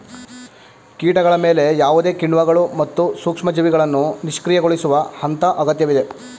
ಕೀಟಗಳ ಮೇಲೆ ಯಾವುದೇ ಕಿಣ್ವಗಳು ಮತ್ತು ಸೂಕ್ಷ್ಮಜೀವಿಗಳನ್ನು ನಿಷ್ಕ್ರಿಯಗೊಳಿಸುವ ಹಂತ ಅಗತ್ಯವಿದೆ